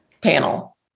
panel